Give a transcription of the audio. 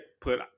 put